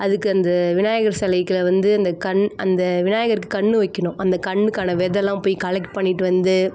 அதுக்கு அந்த விநாயகர் சிலைக்கு வந்து அந்த கண் அந்த விநாயகருக்கு கண் வைக்கணும் அந்த கண்ணுக்கான விதைல்லாம் போய் கலெக்ட் பண்ணிவிட்டு வந்து